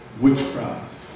witchcraft